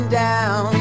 down